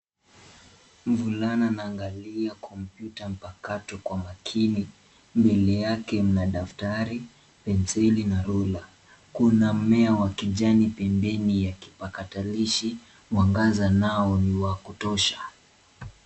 Mvulana anaangalia kompyuta mpakato kwa makini. Mbele yake mna daftari, penseli na rula. Kuna mmea wa kijani pembeni ya kipakatalishi. Mwangaza nao ni wa kutosha.